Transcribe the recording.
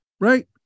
Right